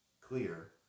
clear